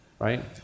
right